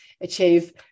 achieve